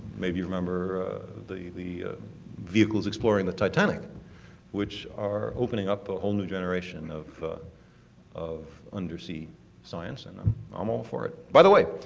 maybe you remember the the vehicles exploring the titanic which are opening up a whole new generation of of undersea science and i'm um all for it. by the way,